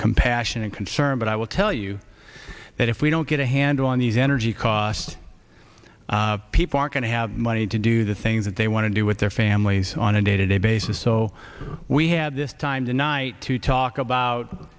compassion and concern but i will tell you that if we don't get a handle on these energy costs people are going to have money to do the things that they want to do with their families on a day to day basis so we had this time tonight to talk about